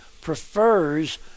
prefers